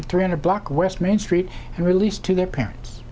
and three hundred block west main street and released to their parents